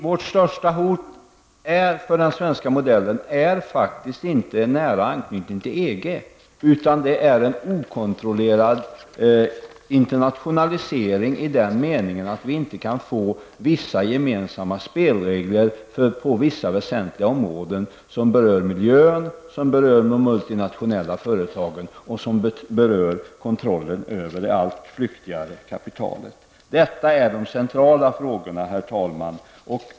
Det största hotet för den svenska modellen är faktiskt inte en nära anknytning till EG, utan det är en okontrollerad internationalisering i den meningen att vi inte kan få gemensamma spelregler på vissa väsentliga områden som berör miljön, de multinationella företagen och kontrollen över det allt flyktigare kapitalet. Det är de centrala frågorna, herr talman.